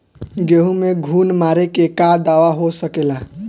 गेहूँ में घुन मारे के का दवा हो सकेला?